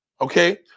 Okay